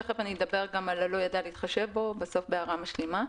תיכף אדבר גם על ה"לא ידע להתחשב בו" בהערה משלימה.